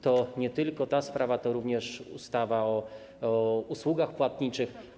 To nie tylko ta sprawa, to również ustawa o usługach płatniczych.